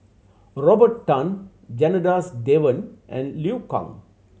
Robert Tan Janadas Devan and Liu Kang